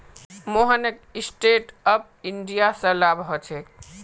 मोहनक stand up India स लाभ ह छेक